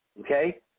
Okay